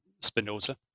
Spinoza